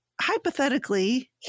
hypothetically